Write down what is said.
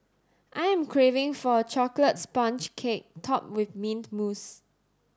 I am craving for a chocolate sponge cake topped with mint mousse